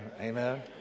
amen